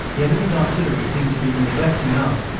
the enemy's artillery seemed to be neglecting us,